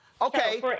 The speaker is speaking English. Okay